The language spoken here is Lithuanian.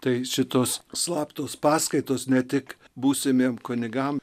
tai šitos slaptos paskaitos ne tik būsimiem kunigam